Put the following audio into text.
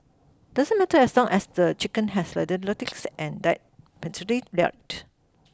doesn't matter as long as the chicken has slender and died painlessly